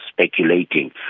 speculating